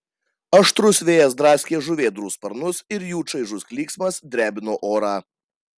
aštrus vėjas draskė žuvėdrų sparnus ir jų čaižus klyksmas drebino orą